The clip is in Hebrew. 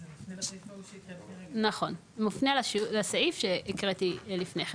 נכון, מופנה לסעיף שהקראתי לפני כן.